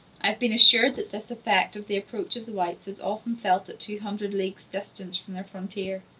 i have been assured that this effect of the approach of the whites is often felt at two hundred leagues' distance from their frontier.